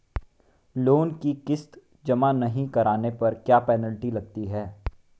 Loan की किश्त जमा नहीं कराने पर क्या पेनल्टी लगती है?